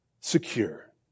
secure